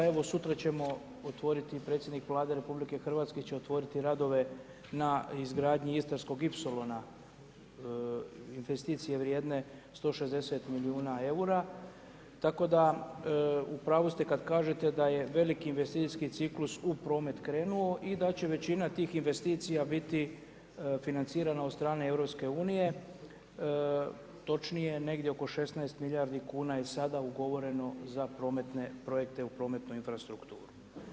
Evo sutra ćemo otvoriti, predsjednik Vlade Republike Hrvatske će otvoriti radove na izgradnji istarskog ispilona, investicije vrijedne 160 milijuna EUR-a, tako da, u pravu ste kad kažete da je veliki investicijski ciklus u promet krenuo, i da će većina tih investicija biti financirana od strane Europske unije, točnije negdje oko 16 milijardi kuna je sada ugovoreno za prometne projekte u prometnoj infrastrukturu.